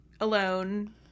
alone